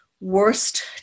worst